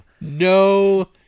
No